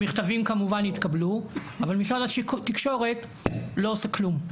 המכתבים כמובן התקבלו אבל משרד התקשורת לא עושה כלום,